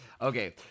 Okay